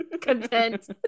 content